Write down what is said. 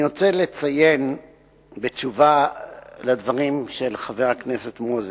אני רוצה לציין בתשובה על הדברים של חבר הכנסת מוזס: